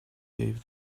gave